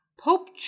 Pope